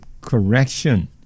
correction